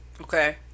Okay